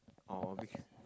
oh